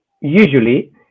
usually